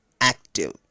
active